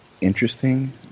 interesting